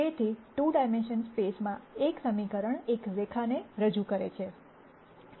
તેથી 2 ડાયમેન્શનલ સ્પેસમાં એક સમીકરણ રેખાને રજૂ કરે છે